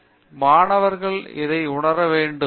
விஸ்வநாதன் மாணவர்கள் இதை உணர வேண்டும்